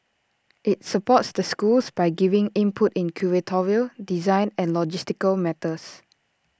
IT supports the schools by giving input in curatorial design and logistical matters